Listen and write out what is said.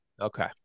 Okay